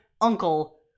uncle